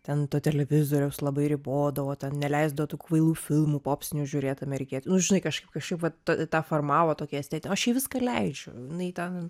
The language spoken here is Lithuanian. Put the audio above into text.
ten televizoriaus labai ribodavo neleisdavo tų kvailų filmų popsnių žiūrėt amerikieti nu žinai kažkaip kažkaip va ta tą formavo tokį esteti aš jai viską leidžiu jinai ten